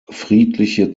friedliche